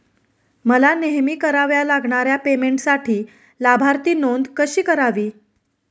मला नेहमी कराव्या लागणाऱ्या पेमेंटसाठी लाभार्थी नोंद कशी करावी?